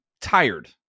tired